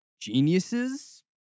geniuses